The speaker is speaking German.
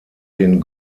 den